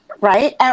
Right